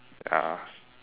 ya